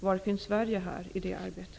Var finns Sverige i detta arbete?